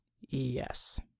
yes